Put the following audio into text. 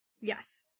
yes